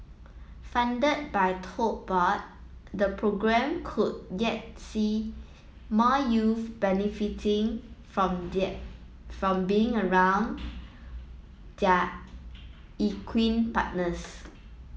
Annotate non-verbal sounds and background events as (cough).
funded by Tote Board the programme could yet see more youth benefiting from (unintelligible) from being around their equine partners